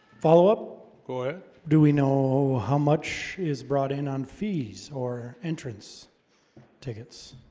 follow-up go ahead do we know how much is brought in on fees or entrance tickets?